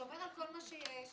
ייגמר לך הזמן.